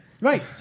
Right